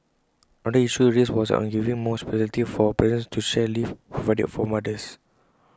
another issue raised was on giving more flexibility for parents to share leave provided for mothers